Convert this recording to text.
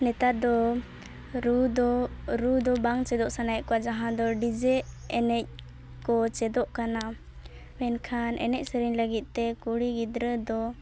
ᱱᱮᱛᱟᱨᱫᱚ ᱨᱩᱫᱚ ᱨᱩᱫᱚ ᱵᱟᱝ ᱪᱮᱫᱚᱜ ᱥᱟᱱᱟᱭᱮᱫ ᱠᱚᱣᱟ ᱡᱟᱦᱟᱸᱫᱚ ᱡᱤᱰᱮ ᱮᱱᱮᱡᱠᱚ ᱪᱮᱫᱚᱜ ᱠᱟᱱᱟ ᱢᱮᱱᱠᱷᱟᱱ ᱮᱱᱮᱡᱼᱥᱮᱨᱮᱧ ᱞᱟᱹᱜᱤᱫᱛᱮ ᱠᱩᱲᱤ ᱜᱤᱫᱽᱨᱟᱹᱫᱚ